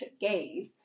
gaze